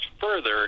further